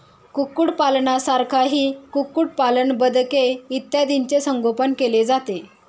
कुक्कुटपालनाखाली कुक्कुटपालन, बदके इत्यादींचे संगोपन केले जाते